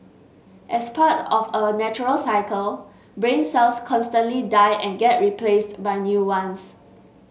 as part of a natural cycle brain cells constantly die and get replaced by new ones